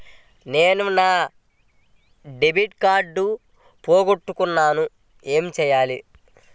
నేను నా debit card పోగొట్టుకున్నాను ఏమి చేయాలి?